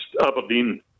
Aberdeen